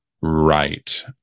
right